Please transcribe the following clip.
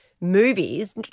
movies